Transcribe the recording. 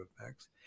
effects